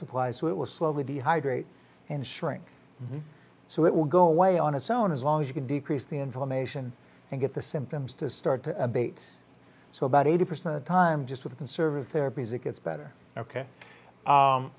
supplies so it was slowly dehydrate and shrink so it will go away on its own as long as you can decrease the information and get the symptoms to start to abate so about eighty percent of time just with conservative therapies it gets better ok